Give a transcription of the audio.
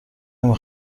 نمی